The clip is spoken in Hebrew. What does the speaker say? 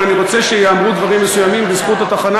אבל אני רוצה שייאמרו דברים מסוימים בזכות התחנה,